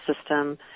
system